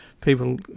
people